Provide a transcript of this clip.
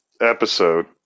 episode